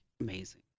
amazing